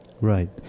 Right